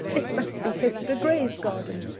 it must be hester gray's garden,